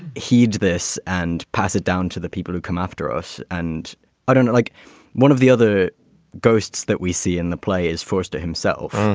heed this and pass it down to the people who come after us. and i don't like one of the other ghosts that we see in the play is forced to himself.